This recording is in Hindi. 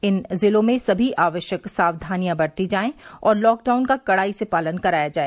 इन जिलों में सभी आवश्यक सावधानियां बरती जाएं और लॉकडाउन का कड़ाई से पालन कराया जाए